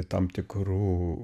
tam tikrų